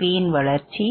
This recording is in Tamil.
பியின் வளர்ச்சி